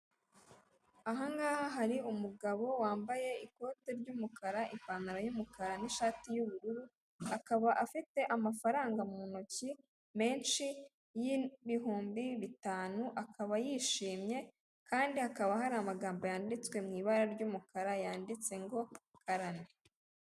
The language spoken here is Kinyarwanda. Aha ngaha hari umugabo wambaye ikote ry'umukara, ipantaro y'umukara n'ishati y'ubururu, akaba afite amafaranga mu ntoki menshi y'ibihumbi bitanu, akaba yishimye kandi hakaba hari amagambo yanditswe mu ibara ry'umukara yanditse ngo karame.